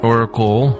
Oracle